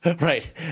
Right